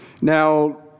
Now